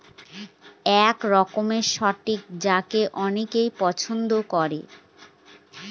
এক রকমের স্টক যাকে অনেকে পছন্দ করে